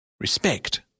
Respect